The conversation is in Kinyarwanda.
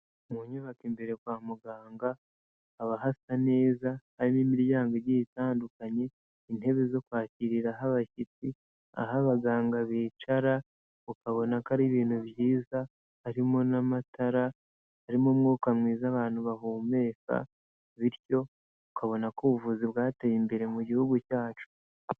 Mu nyubako imbere kwa muganga haba hasa neza, harimo imiryango igiye itandukanye, intebe zo kwakiriraho abashyitsi, aho abaganga bicara ukabona ko ari ibintu byiza, harimo n'amatara, harimo umwuka mwiza abantu bahumeka, bityo ukabona ko ubuvuzi bwateye imbere mu gihugu cyacu.